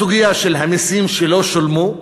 הסוגיה של המסים שלא שולמו,